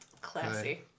Classy